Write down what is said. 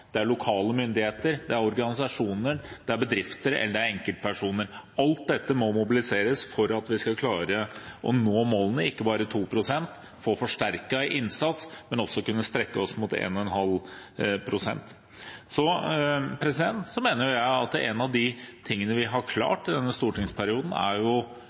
land, enkeltland, lokale myndigheter, organisasjoner, bedrifter eller enkeltpersoner. Alt dette må mobiliseres for at vi skal klare å nå målene – ikke bare 2 grader, men få forsterket innsats og også kunne strekke oss mot 1,5 grader. Jeg mener at en av de tingene vi har klart – eller forhåpentligvis klarer – i denne stortingsperioden, er